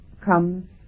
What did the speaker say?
comes